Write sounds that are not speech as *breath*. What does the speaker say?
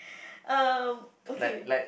*breath* um okay